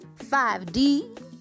5D